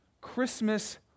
christmas